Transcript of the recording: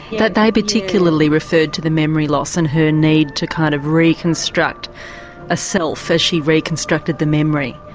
but they particularly referred to the memory loss and her need to kind of reconstruct a self as she reconstructed the memory.